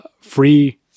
free